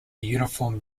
uniform